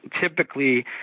typically